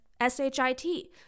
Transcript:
s-h-i-t